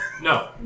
No